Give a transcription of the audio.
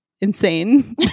insane